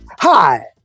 hi